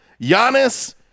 Giannis